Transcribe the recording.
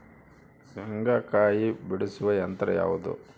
ಶೇಂಗಾಕಾಯಿ ಬಿಡಿಸುವ ಯಂತ್ರ ಯಾವುದು?